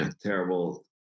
Terrible